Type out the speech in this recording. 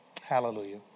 Hallelujah